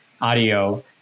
audio